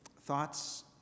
thoughts